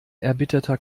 erbitterter